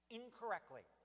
incorrectly